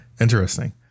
Interesting